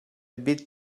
bit